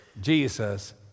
Jesus